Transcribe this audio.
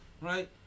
right